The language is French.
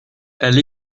elle